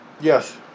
Yes